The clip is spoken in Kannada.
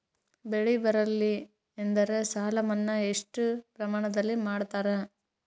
ಬೆಳಿ ಬರಲ್ಲಿ ಎಂದರ ಸಾಲ ಮನ್ನಾ ಎಷ್ಟು ಪ್ರಮಾಣದಲ್ಲಿ ಮಾಡತಾರ?